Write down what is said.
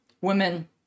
women